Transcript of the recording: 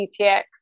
GTX